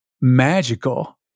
magical